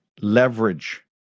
leverage